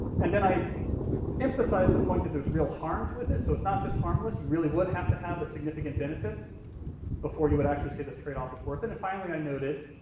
and then i emphasized the point that there's real harms with it. so it's not just harmless. you really would have to have a significant benefit before you would say this trade-off is worth and it. finally i noted,